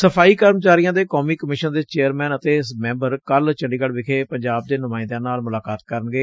ਸਫ਼ਾਈ ਕਰਮਚਾਰੀਆਂ ਦੇ ਕੋਮੀ ਕਮਿਸ਼ਨ ਦੇ ਚੇਅਰਮੈਨ ਅਤੇ ਮੈਬਰ ਕੱਲ੍ ਚੰਡੀਗੜ ਵਿਖੇ ਪੰਜਾਬ ਦੇ ਨੁਮਾਇੰਦਿਆਂ ਨਾਲ ਮੁਲਾਕਾਤ ਕਰਨਗੇ